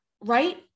right